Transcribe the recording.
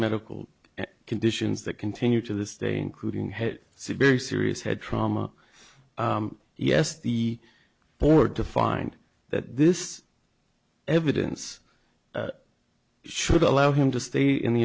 medical conditions that continue to this day including hit see very serious head trauma yes the board to find that this evidence should allow him to stay in the